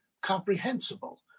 comprehensible